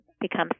becomes